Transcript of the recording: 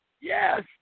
yes